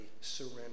surrender